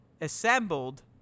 Assembled